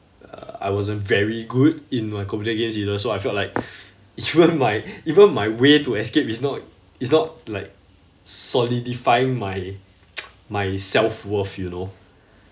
uh I wasn't very good in my computer games either so I felt like even my even my way to escape is not is not like solidifying my my self worth you know